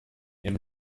and